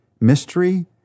mystery